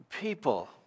People